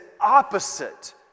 opposite